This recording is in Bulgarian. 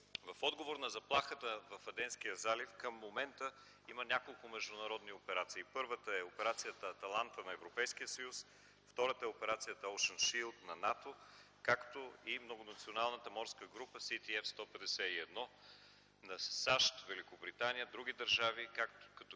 В отговор на заплахата в Аденския залив към момента има няколко международни операции. Първата е операцията „Аталанта” на Европейския съюз. Втората е операцията „Оушън шийлд” на НАТО, както и многонационалната морска група CTF 151 на САЩ, Великобритания, други държави – като